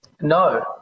No